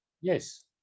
yes